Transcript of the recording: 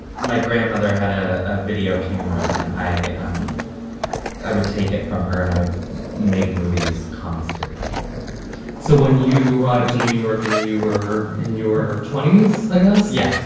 my grandmother had a ah video camera and i, um i would take it from her and i made movies constantly so when you arrived to new york and you were in your twenty s, i guess. yeah.